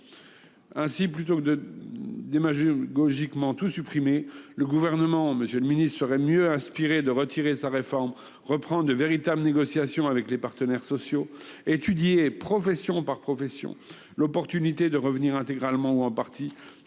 Ainsi, plutôt que de tout supprimer de manière démagogique, le Gouvernement serait mieux inspiré de retirer sa réforme, de reprendre de véritables négociations avec les partenaires sociaux et d'étudier, profession par profession, l'opportunité de revenir intégralement ou en partie